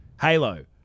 Halo